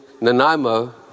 Nanaimo